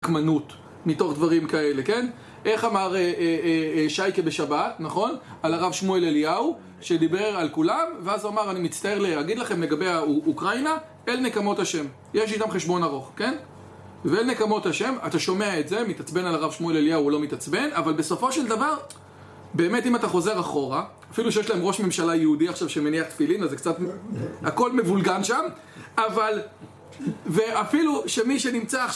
מתוך דברים כאלה, כן? איך אמר שייקה בשבת, נכון? על הרב שמואל אליהו שדיבר על כולם ואז הוא אמר, אני מצטער להגיד לכם לגבי אוקראינה, אל נקמות השם יש איתם חשבון ארוך, כן? ואל נקמות השם, אתה שומע את זה מתעצבן על הרב שמואל אליהו, הוא לא מתעצבן אבל בסופו של דבר, באמת אם אתה חוזר אחורה, אפילו שיש להם ראש ממשלה יהודי עכשיו שמניע תפילין, אז זה קצת הכל מבולגן שם אבל, ואפילו שמי שנמצא